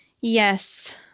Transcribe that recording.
Yes